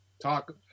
talk